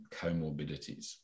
comorbidities